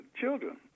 children